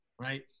Right